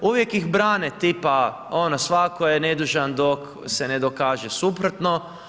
Uvijek ih brane tipa ono svatko je nedužan dok se ne dokaže suprotno.